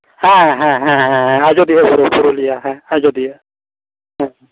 ᱦᱮᱸ ᱦᱮᱸ ᱦᱮᱸ ᱦᱮᱸ ᱦᱮᱸ ᱦᱮᱸ ᱟᱡᱚᱫᱤᱭᱟᱹ ᱵᱩᱨᱩ ᱯᱩᱨᱩᱞᱤᱭᱟᱹ ᱦᱮᱸ ᱟᱡᱚᱫᱤᱭᱟᱹ ᱦᱮᱸ ᱦᱮᱸ